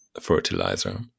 fertilizer